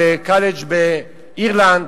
בקולג' באירלנד,